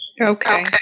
okay